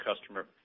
customer